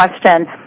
question